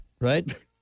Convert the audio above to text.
right